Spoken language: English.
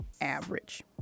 average